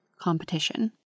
competition